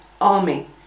Army